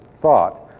thought